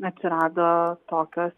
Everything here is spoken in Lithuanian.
atsirado tokios